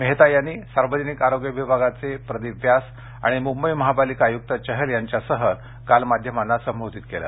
मेहता यांनी सार्वजनिक आरोग्य विभागाचे प्रदीप व्यास आणि मुंबई महापालिका आयुक्त चहल यांच्यासह काल माध्यमांना संबोधित केलं